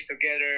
together